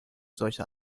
solcher